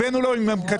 הבאנו לו כתוב,